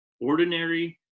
ordinary